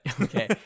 okay